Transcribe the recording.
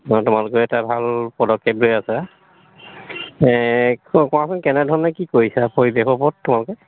তোমালোকে এটা ভাল পদক্ষেপ লৈ আছা কোৱাচোন কেনেধৰণে কি কৰিছা পৰিৱেশৰ ওপৰত তোমালোকে